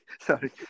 Sorry